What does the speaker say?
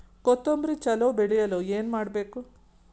ಕೊತೊಂಬ್ರಿ ಚಲೋ ಬೆಳೆಯಲು ಏನ್ ಮಾಡ್ಬೇಕು?